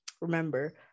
remember